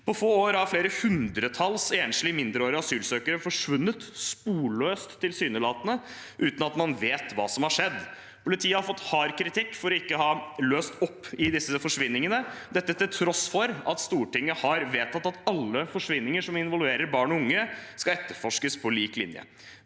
På få år har flere hundretalls enslige mindreårige asylsøkere forsvunnet tilsynelatende sporløst, uten at man vet hva som har skjedd. Politiet har fått hard kritikk for ikke å ha oppklart disse forsvinningene – dette til tross for at Stortinget har vedtatt at alle forsvinninger som involverer barn og unge, skal etterforskes på lik linje.